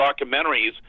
documentaries